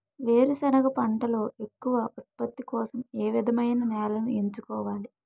వేరుసెనగ పంటలో ఎక్కువ ఉత్పత్తి కోసం ఏ విధమైన నేలను ఎంచుకోవాలి?